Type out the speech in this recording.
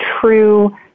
true